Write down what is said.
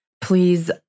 please